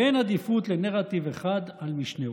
ואין עדיפות לנרטיב אחד על משנהו.